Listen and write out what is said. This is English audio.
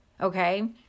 okay